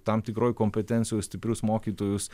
tam tikroj kompetencij stiprius mokytojus